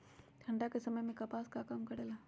ठंडा के समय मे कपास का काम करेला?